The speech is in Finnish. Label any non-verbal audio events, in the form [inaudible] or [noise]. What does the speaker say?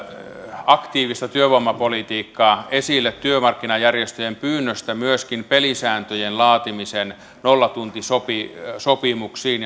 aktiivista työvoimapolitiikkaa esille työmarkkinajärjestöjen pyynnöstä myöskin pelisääntöjen laatimisen nollatuntisopimuksiin [unintelligible]